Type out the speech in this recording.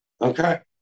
Okay